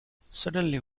suddenly